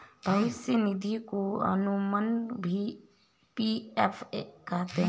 भविष्य निधि को अमूमन पी.एफ कहते हैं